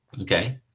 Okay